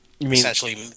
essentially